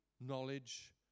knowledge